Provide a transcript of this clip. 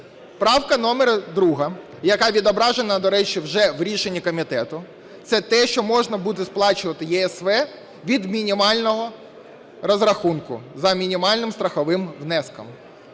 Правка номер друга, яка відображена до речі вже в рішенні комітету, – це те, що можна буде сплачувати ЄСВ від мінімального розрахунку, за мінімальним страховим внеском.